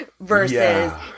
Versus